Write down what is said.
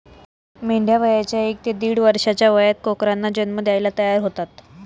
मेंढ्या वयाच्या एक ते दीड वर्षाच्या वयात कोकरांना जन्म द्यायला तयार होतात